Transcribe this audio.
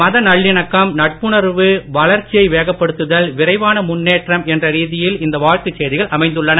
மதநல்லிணக்கம் நட்புணர்வு வளர்ச்சியை வேகப்படுத்துதல் விரைவான முன்னேற்றம் என்ற ரீதியில் இந்த வாழ்த்துச் செய்திகள் அமைந்துள்ளன